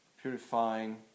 Purifying